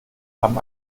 haben